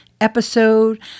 episode